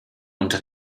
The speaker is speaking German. unter